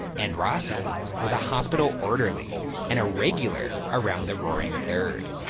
andrassy was a hospital orderly and a regular around the roaring third.